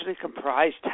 comprised